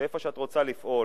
ולאיפה שאת רוצה לפעול,